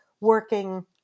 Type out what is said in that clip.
working